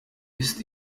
ist